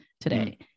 today